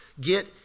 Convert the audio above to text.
get